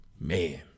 man